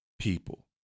people